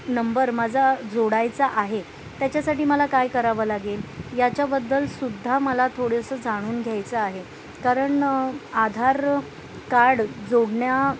number माझा जोडायचा आहे त्याच्यासाठी मला काय करावं लागेल याच्याबद्दल सुद्धा मला थोडंसं जाणून घ्यायचं आहे कारण आधार कार्ड जोडण्यात